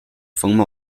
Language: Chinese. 风貌